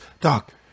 doc